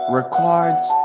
records